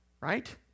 right